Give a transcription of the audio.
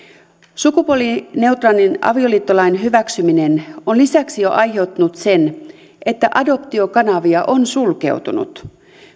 sukupuolineutraalin avioliittolain hyväksyminen on lisäksi jo aiheuttanut sen että adoptiokanavia on sulkeutunut